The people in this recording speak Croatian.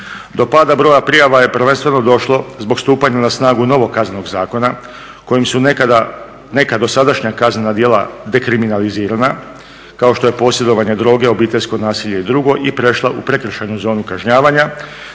Do pada broja prijava je prvenstveno došlo zbog stupanja na snagu novog Kaznenog zakona kojim su neka dosadašnja kaznena djela dekriminalizirana, kao što je posjedovanje droge, obiteljsko nasilje i drugo i prešla u prekršajnu zonu kažnjavanja,